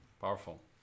powerful